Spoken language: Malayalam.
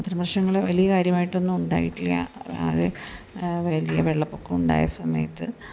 അത്തരം പ്രശ്നങ്ങൾ വലിയ കാര്യമായിട്ടൊന്നും ഉണ്ടായിട്ടില്ല അത് വലിയ വെള്ളപ്പൊക്കമുണ്ടായ സമയത്ത്